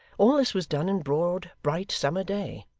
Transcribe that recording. all this was done in broad, bright, summer day.